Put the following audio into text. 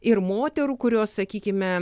ir moterų kurios sakykime